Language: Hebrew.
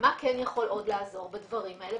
מה כן יכול עוד לעזור בדברים האלה?